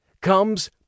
comes